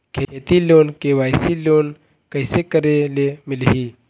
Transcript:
खेती loan KYC loan कइसे करे ले मिलही?